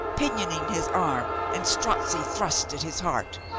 pinioning his arm and strozzi thrust at his heart.